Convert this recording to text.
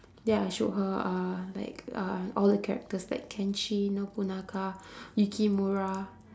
ya I showed her uh like uh all the characters like kenshin nobunaga yukimura